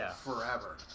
forever